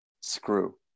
screw